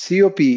COP